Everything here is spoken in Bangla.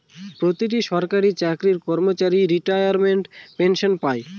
প্রতিটি সরকারি চাকরির কর্মচারী রিটায়ারমেন্ট পেনসন পাই